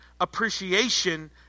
appreciation